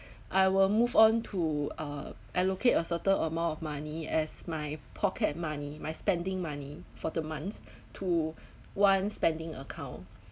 I will move on to uh allocate a certain amount of money as my pocket money my spending money for the months to one spending account